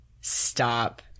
stop